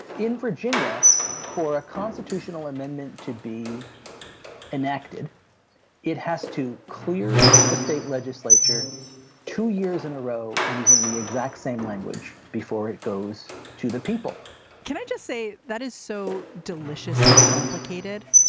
in virginia for a constitutional amendment to be enacted it has to clear the state legislature two years in a row using the exact same language before it goes to the people can i just say that is so deliciously complicated.